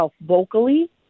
vocally